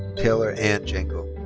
taylor ann jenko.